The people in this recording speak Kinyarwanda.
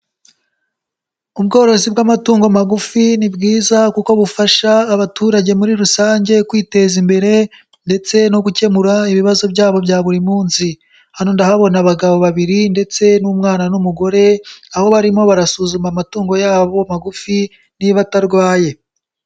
Ubworozi bw'amatungo magufi ni bwiza kuko bufasha abaturage muri rusange kwiteza imbere ndetse no gukemura ibibazo byabo bya buri munsi. Hano ndahabona abagabo babiri ndetse n'umwana n'umugore, aho barimo barasuzuma amatungo yabo magufi niba atarwaye.